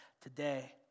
today